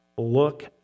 look